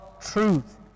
truth